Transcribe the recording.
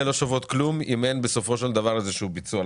לא שוות כלום אם אין בסופו של דבר איזשהו ביצוע.